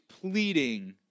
pleading